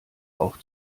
auch